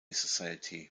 society